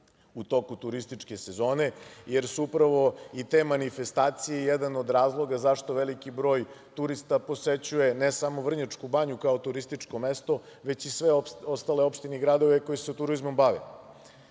u toku turističke sezone, jer su upravo i te manifestacije jedan od razloga zašto veliki broj turista posećuje ne samo Vrnjačku Banju kao turističko mesto, već i sve ostale opštine i gradove koji se turizmom bave.U